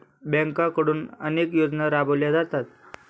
बँकांकडून अनेक योजना राबवल्या जातात